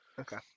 Okay